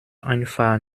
einfach